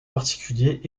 particuliers